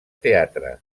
teatre